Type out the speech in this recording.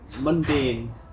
mundane